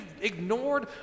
ignored